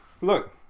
Look